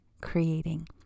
creating